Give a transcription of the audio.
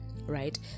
right